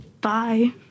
Bye